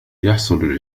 يحصل